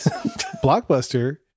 Blockbuster